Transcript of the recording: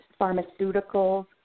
pharmaceuticals